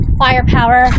firepower